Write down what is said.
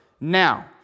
now